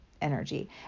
energy